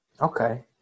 Okay